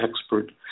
expert